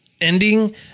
ending